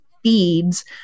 feeds